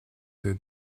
deux